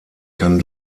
kann